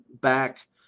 back